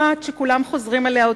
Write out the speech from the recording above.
רק דוגמה אחת שכולם חוזרים עליה,